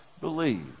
believe